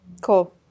Cool